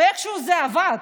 איכשהו זה עבד.